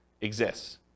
exists